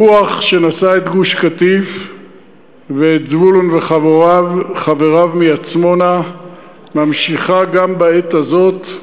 הרוח שנשאה את גוש-קטיף ואת זבולון וחבריו מעצמונה ממשיכה גם בעת הזאת,